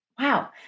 Wow